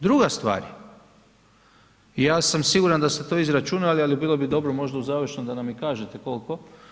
Druga stvar, ja sam siguran da ste to vi izračunali, ali bilo bi dobro možda u završnoj da nam i kažete koliko.